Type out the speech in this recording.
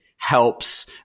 helps